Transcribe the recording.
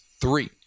three